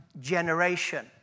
generation